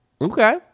Okay